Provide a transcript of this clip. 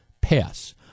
pass